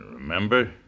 remember